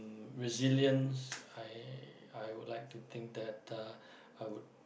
and resilience I I would like to think that uh I would